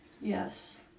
Yes